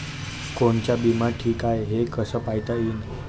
कोनचा बिमा ठीक हाय, हे कस पायता येईन?